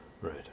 right